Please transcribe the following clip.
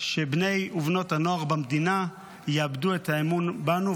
שבני ובנות הנוער במדינה יאבדו את האמון בנו,